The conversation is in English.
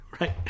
Right